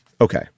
Okay